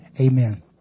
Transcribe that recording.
Amen